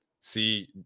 see